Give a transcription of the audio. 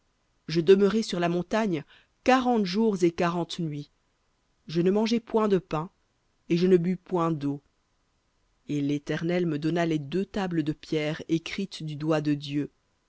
je demeurai sur la montagne quarante jours et quarante nuits je ne mangeai point de pain et je ne bus point deau et l'éternel me donna les deux tables de pierre écrites du doigt de dieu